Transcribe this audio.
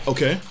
Okay